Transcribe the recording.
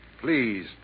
Please